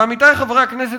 עמיתי חברי הכנסת,